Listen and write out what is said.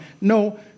No